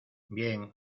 bien